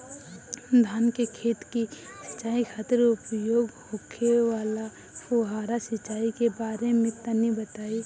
धान के खेत की सिंचाई खातिर उपयोग होखे वाला फुहारा सिंचाई के बारे में तनि बताई?